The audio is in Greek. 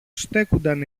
στέκουνταν